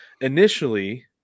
initially